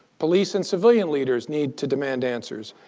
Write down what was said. police and civilian leaders need to demand answers.